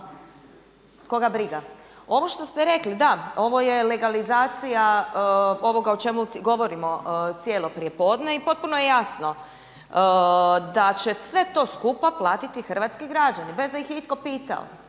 koga briga. Ovo što ste rekli, da ovo je legalizacija ovoga o čemu govorimo cijelo prijepodne i potpuno je jasno da će sve to skupa platiti hrvatski građani bez da ih je itko pitao.